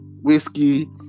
Whiskey